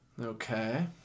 Okay